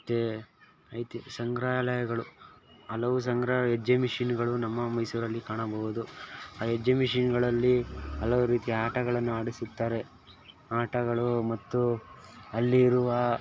ಮತ್ತು ಐತಿ ಸಂಗ್ರಾಲಯಗಳು ಹಲವು ಸಂಗ್ರ ಎಜ್ಗಿಬಿಷನ್ನುಗಳು ನಮ್ಮ ಮೈಸೂರಲ್ಲಿ ಕಾಣಬೌದು ಆ ಎಜ್ಗಿಬಿಷನ್ನುಗಳಲ್ಲಿ ಹಲವು ರೀತಿಯ ಆಟಗಳನ್ನು ಆಡಿಸುತ್ತಾರೆ ಆಟಗಳು ಮತ್ತು ಅಲ್ಲಿರುವ